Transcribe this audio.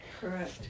Correct